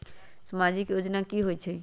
समाजिक योजना की होई छई?